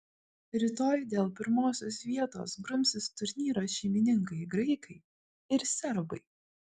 rytoj dėl pirmosios vietos grumsis turnyro šeimininkai graikai ir serbai